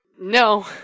No